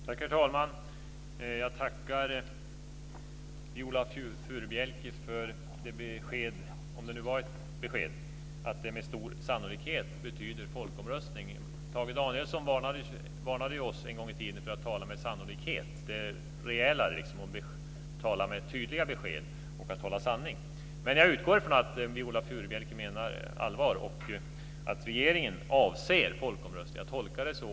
Herr talman! Jag tackar Viola Furubjelke för beskedet, om det nu var ett besked, om att det här med stor sannolikhet betyder folkomröstning. Tage Danielsson varnade ju oss en gång i tiden för att tala om sannolikhet. Det är rejälare om vi ger tydliga besked och talar sanning. Men jag utgår från att Viola Furubjelke menar allvar och att regeringen avser en folkomröstning. Jag tolkar det så.